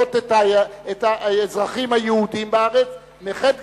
לפחות את האזרחים היהודים בארץ, מחטא גדול,